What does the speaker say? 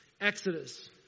Exodus